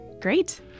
Great